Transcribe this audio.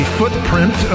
footprint